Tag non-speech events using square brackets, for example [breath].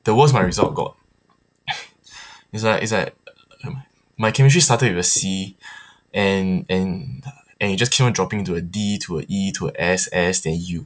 the worse my result got [noise] it's like it's like my chemistry started with a C [breath] and and and it just keep on dropping to a D to a E to a S S then U